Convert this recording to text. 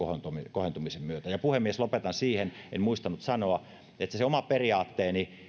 kohentumisen myötä ja puhemies lopetan tähän en muistanut sanoa tätä että se se oma periaatteeni